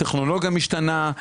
הטכנולוגיה משתנה,